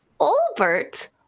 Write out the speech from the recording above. Albert